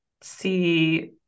see